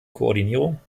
koordinierung